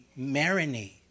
marinate